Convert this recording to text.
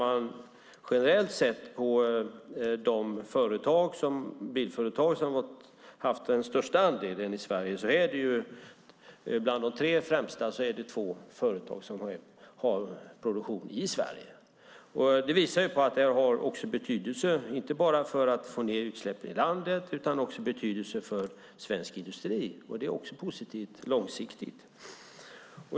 Av de bilföretag som generellt sett haft den största andelen i Sverige ser vi bland de tre främsta två företag som har produktion i Sverige. Det visar på att detta har betydelse inte bara för att få ned utsläppen i landet utan att det också har betydelse för svensk industri. Det är också positivt långsiktigt.